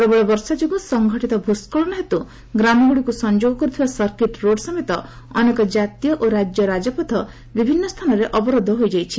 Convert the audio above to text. ପ୍ରବଳ ବର୍ଷା ଯୋଗୁଁ ସଙ୍ଘଟିତ ଭୂସ୍କଳନ ହେତୁ ଗ୍ରାମଗୁଡ଼ିକୁ ସଂଯୋଗ କରୁଥିବା ସର୍କିଟ୍ ରୋଡ଼୍ ସମେତ ଅନେକ ଜାତୀୟ ଓ ରାଜ୍ୟ ରାଜପଥ ବିଭିନ୍ନ ସ୍ଥାନରେ ଅବରୋଧ ହୋଇଯାଇଛି